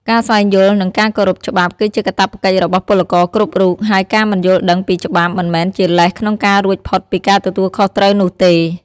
ការស្វែងយល់ និងការគោរពច្បាប់គឺជាកាតព្វកិច្ចរបស់ពលករគ្រប់រូប ហើយការមិនយល់ដឹងពីច្បាប់មិនមែនជាលេសក្នុងការរួចផុតពីការទទួលខុសត្រូវនោះទេ។